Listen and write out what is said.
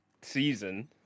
season